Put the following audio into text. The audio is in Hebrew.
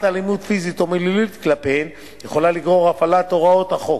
אלימות פיזית או מילולית כלפיהם יכולה לגרור את הפעלת הוראות החוק,